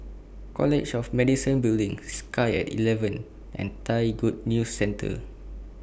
College of Medicine Building Sky At eleven and Thai Good News Centre